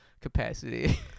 capacity